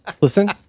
Listen